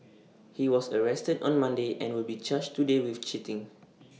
he was arrested on Monday and will be charged today with cheating